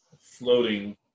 floating